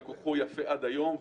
וכוחו יפה עד היום.